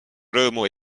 rõõmu